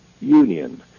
union